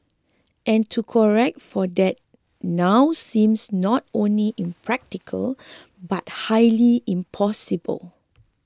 and to correct for that now seems not only impractical but highly impossible